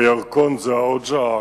הירקון זה העוג'ה העקום,